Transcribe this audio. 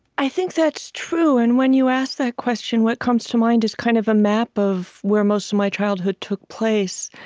i think that's true. and when you asked that question, what comes to mind is kind of a map of where most of my childhood took place.